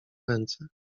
ręce